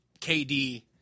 KD